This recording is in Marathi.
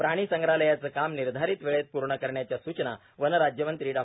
प्राणी संग्रहालयाचे काम निर्धारित वेळेत पूर्ण करण्याच्या सूचना वन राज्यमंत्री डॉ